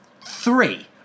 three